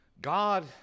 God